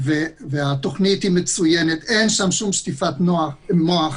התכנית היא מצוינת, אין שם שום שטיפת מוח.